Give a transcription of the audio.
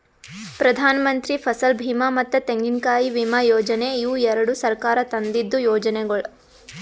ಪ್ರಧಾನಮಂತ್ರಿ ಫಸಲ್ ಬೀಮಾ ಮತ್ತ ತೆಂಗಿನಕಾಯಿ ವಿಮಾ ಯೋಜನೆ ಇವು ಎರಡು ಸರ್ಕಾರ ತಂದಿದ್ದು ಯೋಜನೆಗೊಳ್